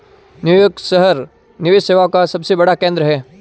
New York शहर निवेश सेवाओं का सबसे बड़ा केंद्र है